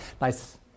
nice